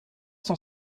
cent